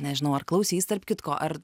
nežinau ar klausys tarp kitko ar